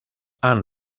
han